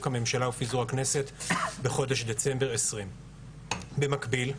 הממשלה ופיזור הכנסת בחודש דצמבר 2020. במקביל,